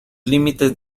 límites